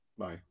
Bye